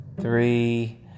three